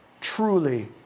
truly